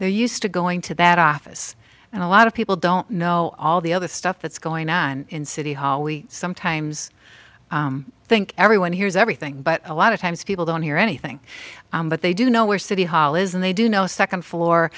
they're used to going to that office and a lot of people don't know all the other stuff that's going on in city hall we sometimes think everyone hears everything but a lot of times people don't hear anything but they do know where city hall is and they do know the second floor